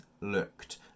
looked